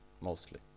mostly